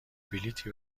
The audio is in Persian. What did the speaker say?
بلیطی